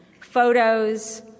Photos